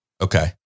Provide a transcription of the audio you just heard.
Okay